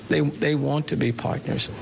they they want to be partners.